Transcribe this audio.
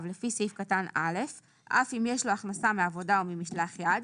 לפי סעיף קטן (א) אף אם יש לו הכנסה מעבודה או ממשלח יד,